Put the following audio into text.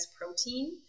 protein